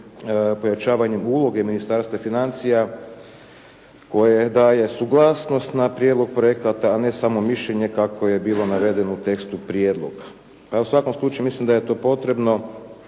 pojačavanjem uloge Ministarstva financija koje daje suglasnost na prijedlog projekata a ne samo mišljenje kako je bilo navedeno u tekstu prijedloga. Evo u svakom slučaju mislim da je to potrebno